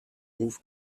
hof